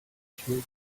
appreciate